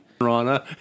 Rana